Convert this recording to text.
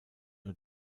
nur